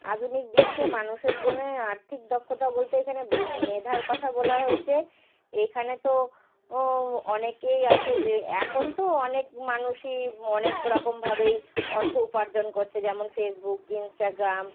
আধুনিক বিশ্বে মানুষের জন্যে আর্থিক দক্ষতা বলতে এখানে মেধার কথা বোলা হয়েছে এইখানে তো ও অনেকেই আছে যে এখন তো অনেক মানুষই অনেক রকমভাবেই অর্থ উপার্জন করছে যেমন ফেসবুক ইনস্টাগ্রাম